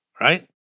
right